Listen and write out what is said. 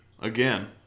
again